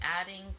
adding